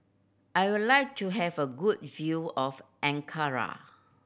I would like to have a good view of Ankara